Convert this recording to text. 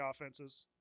offenses